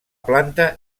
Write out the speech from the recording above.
planta